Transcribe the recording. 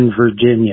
Virginia